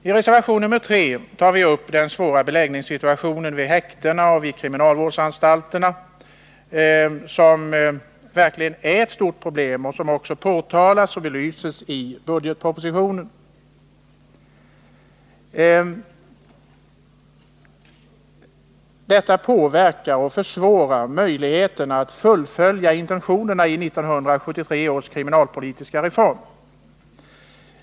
I reservation 3 tar vi upp den svåra beläggningssituationen vid häktena och kriminalvårdsanstalterna, som verkligen är ett svårt problem och som också påtalas och belyses i budgetpropositionen. Den påverkar och försämrar möjligheterna att fullfölja intentionerna i 1973 års kriminalpolitiska reform.